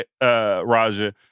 Raja